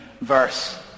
verse